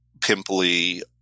pimply